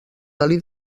dalí